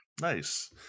Nice